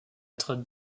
être